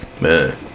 Man